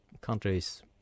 countries